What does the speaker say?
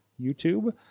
YouTube